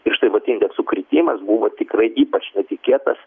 ir štai vat indeksų kritimas buvo tikrai ypač netikėtas